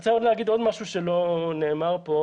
אני רוצה לומר עוד משהו שא אמר כאן.